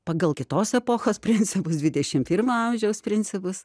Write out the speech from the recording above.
pagal kitos epochos principus dvidešim pirmo amžiaus principus